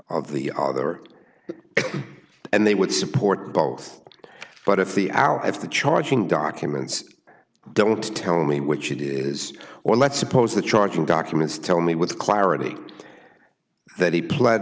of the other and they would support both but if the our if the charging documents don't tell me which it is or let's suppose the charging documents tell me with clarity that he pled